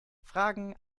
fragen